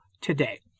today